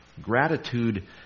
Gratitude